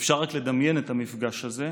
אפשר רק לדמיין את המפגש הזה,